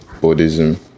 buddhism